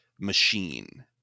machine